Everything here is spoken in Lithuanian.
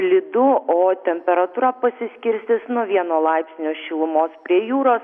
slidu o temperatūra pasiskirstys nuo vieno laipsnio šilumos prie jūros